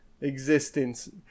existence